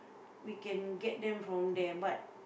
we can get them from there but